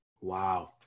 Wow